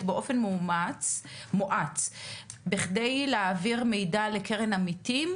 באופן מואץ בכדי להעביר מידע לקרן עמיתים,